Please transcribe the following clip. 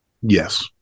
Yes